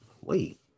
wait